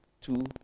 two